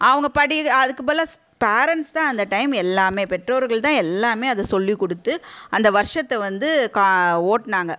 அவங்க படி அதுக்கு பதிலாக பேரண்ட்ஸ் தான் அந்த டைம் எல்லாமே பெற்றோர்கள் தான் எல்லாமே அதை சொல்லிக் கொடுத்து அந்த வருஷத்தை வந்து கா ஓட்டுனாங்க